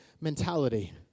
mentality